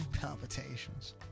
Palpitations